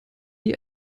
wie